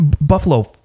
Buffalo